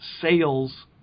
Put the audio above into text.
sales